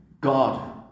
God